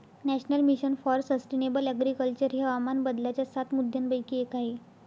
national mission for sustainable agriculture हे हवामान बदलाच्या सात मुद्यांपैकी एक आहे